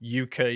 UK